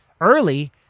early